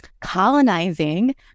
colonizing